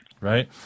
Right